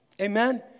Amen